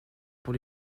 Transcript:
pour